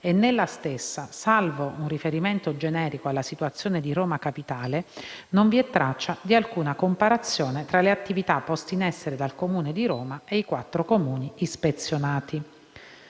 e nella stessa, salvo un riferimento generico alla situazione di Roma Capitale, «non vi è traccia di alcuna comparazione tra le attività poste in essere dal Comune di Roma e i quattro Comuni ispezionati».